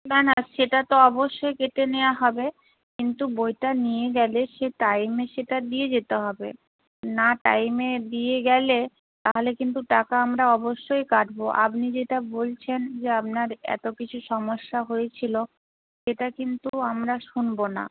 না না সেটা তো অবশ্যই কেটে নেওয়া হবে কিন্তু বইটা নিয়ে গেলে সে টাইমে সেটা দিয়ে যেতে হবে না টাইমে দিয়ে গেলে তাহলে কিন্তু টাকা আমরা অবশ্যই কাটব আপনি যেটা বলছেন যে আপনার এত কিছু সমস্যা হয়েছিল সেটা কিন্তু আমরা শুনব না